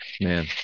man